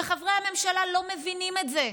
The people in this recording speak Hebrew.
וחברי הממשלה לא מבינים את זה,